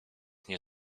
mnie